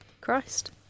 Christ